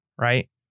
right